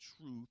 truth